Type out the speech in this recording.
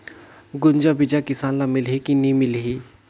गुनजा बिजा किसान ल मिलही की नी मिलही?